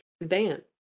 van